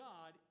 God